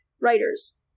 Writers